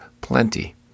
plenty